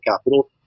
capital